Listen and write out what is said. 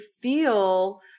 feel